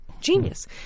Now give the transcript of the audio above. genius